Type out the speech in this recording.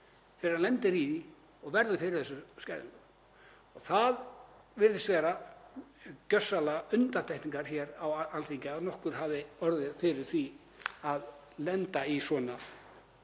fyrr en hann lendir í og verður fyrir þessum skerðingum. Það virðist vera gjörsamlega undantekning hér á Alþingi að nokkur hafi orðið fyrir því að lenda í svona